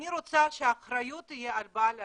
אני רוצה שהאחריות תהיה על בעל העסק,